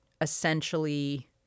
essentially